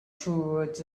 towards